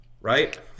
right